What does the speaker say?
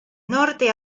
norte